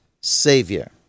Savior